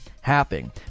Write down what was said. happening